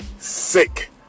sick